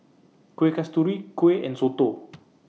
Kueh Kasturi Kuih and Soto